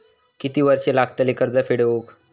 किती वर्षे लागतली कर्ज फेड होऊक?